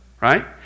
Right